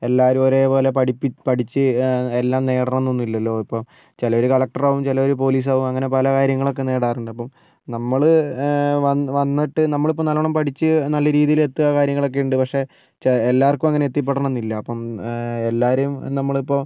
എല്ലാവരും ഒരേപോലെ പഠിപ്പി പഠിച്ച് എല്ലാം നേടണം എന്നൊന്നുമില്ലല്ലോ ഇപ്പോൾ ചിലർ കലക്ടർ ആവും ചിലർ പോലീസ് ആവും അങ്ങനെ പല കാര്യങ്ങളൊക്കെ നേടാറുണ്ട് അപ്പം നമ്മൾ വന്ന് വന്നിട്ട് നമ്മളിപ്പോൾ നല്ലവണ്ണം പഠിച്ച് നല്ല രീതിയിൽ എത്തുക കാര്യങ്ങളൊക്കെ ഉണ്ട് പക്ഷേ ചെ എല്ലാവർക്കും അങ്ങനെ എത്തിപ്പെടണം എന്നില്ല അപ്പം എല്ലാവരെയും നമ്മളിപ്പോൾ